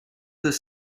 this